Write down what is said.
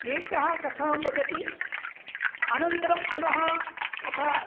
एकः कथां वदति अनन्तरं पुनः कथा